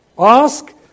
Ask